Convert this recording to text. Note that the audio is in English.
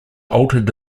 altered